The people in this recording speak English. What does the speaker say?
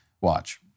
Watch